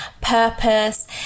purpose